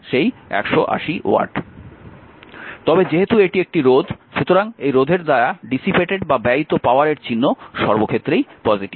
তবে যেহেতু এটি একটি রোধ সুতরাং এই রোধের দ্বারা ব্যয়িত পাওয়ারের চিহ্ন সব ক্ষেত্রেই পজিটিভ